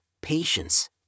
patience